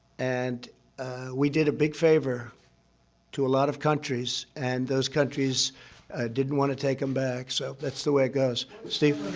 and we did a big favor to a lot of countries, and those countries didn't want to take them back. so that's the way it goes. steve.